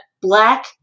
Black